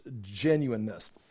genuineness